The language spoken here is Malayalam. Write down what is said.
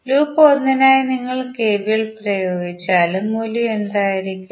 ലൂപ്പ് 1 നായി നിങ്ങൾ KVL പ്രയോഗിച്ചാൽ മൂല്യം എന്തായിരിക്കും